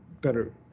better